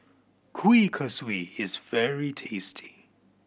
Kuih Kaswi is very tasty